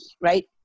right